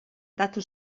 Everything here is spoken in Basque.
datu